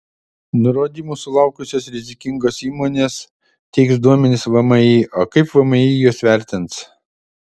nurodymų sulaukusios rizikingos įmonės teiks duomenis vmi o kaip vmi juos vertins